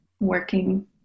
working